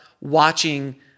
watching